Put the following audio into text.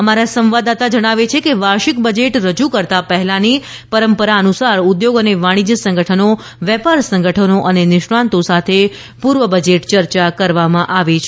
અમારા સંવાદદાતા જણાવે છે કે વાર્ષિક બજેટ રજૂ કરતાં પહેલાની પરંપરા અનુસાર ઉદ્યોગ અને વાણિજ્ય સંગઠનો વેપાર સંગઠનો અને નિષ્ણાંતો સાથે પૂર્વ બજેટ ચર્ચા કરવામાં આવે છે